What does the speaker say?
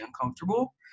uncomfortable